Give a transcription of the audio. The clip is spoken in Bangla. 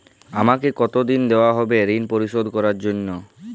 আমাকে কতদিন দেওয়া হবে ৠণ পরিশোধ করার জন্য?